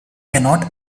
cannot